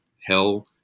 hell